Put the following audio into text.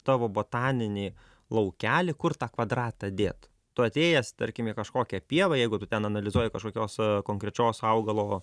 tavo botaninį laukelį kur tą kvadratą dėt tu atėjęs tarkim į kažkokia pieva jeigu tu ten analizuoja kašokios konkrečios augalo